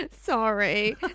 Sorry